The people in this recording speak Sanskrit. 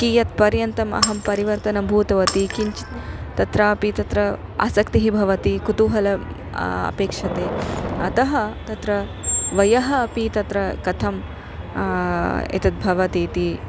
कियत्पर्यन्तम् अहं परिवर्तनं भूतवती किञ्चित् तत्रापि तत्र आसक्तिः भवति कुतूहलम् अपेक्षते अतः तत्र वयः अपि तत्र कथम् एतद्भवति इति